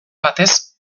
batez